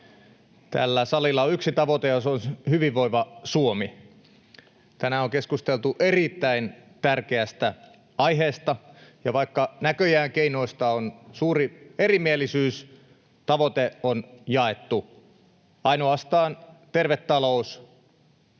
Tällä salilla on yksi tavoite, ja se on hyvinvoiva Suomi. Tänään on keskusteltu erittäin tärkeästä aiheesta, ja vaikka näköjään keinoista on suuri erimielisyys, tavoite on jaettu. Ainoastaan terve talous